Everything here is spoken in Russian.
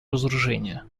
разоружения